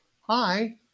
hi